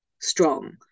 strong